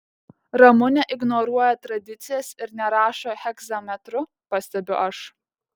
ramunė ignoruoja tradicijas ir nerašo hegzametru pastebiu aš